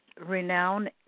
renowned